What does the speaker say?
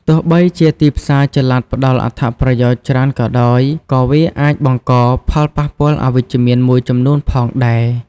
ទោះបីជាទីផ្សារចល័តផ្តល់អត្ថប្រយោជន៍ច្រើនក៏ដោយ ក៏វាអាចបង្កជាផលប៉ះពាល់អវិជ្ជមានមួយចំនួនផងដែរ។